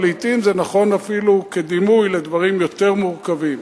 ולעתים זה נכון אפילו כדימוי לדברים יותר מורכבים.